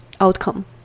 outcome